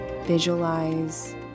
Visualize